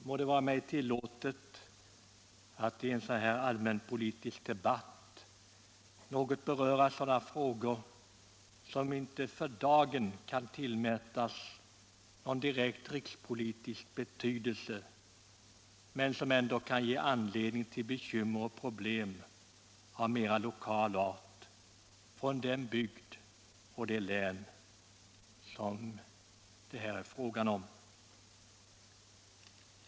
Herr talman! Må det tillåtas mig att i en sådan här allmänpolitisk debatt något beröra frågor som inte för dagen kan tillmätas en direkt rikspolitisk betydelse men som ändå skapar bekymmer och problem i den bygd och det län som det här är fråga om.